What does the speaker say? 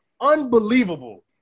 Unbelievable